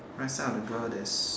right side of the girl there's